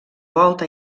volta